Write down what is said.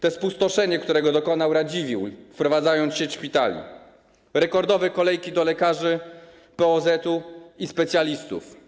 To spustoszenie, którego dokonał Radziwiłł, wprowadzając sieć szpitali, rekordowe kolejki do lekarzy POZ i specjalistów.